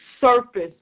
surface